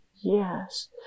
yes